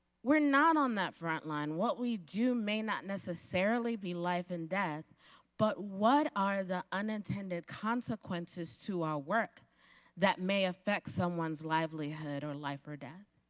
we are not on that front line. what we do may not necessarily be life and death but what are the unintended consequences to our work that may affect someone's livelihood of life or death.